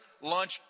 lunch